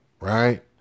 Right